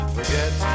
Forget